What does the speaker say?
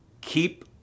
keep